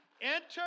Enter